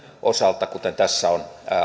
osalta kuten tässä on